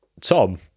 Tom